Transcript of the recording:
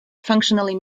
functionally